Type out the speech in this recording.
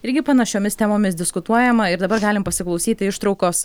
irgi panašiomis temomis diskutuojama ir dabar galim pasiklausyti ištraukos